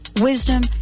wisdom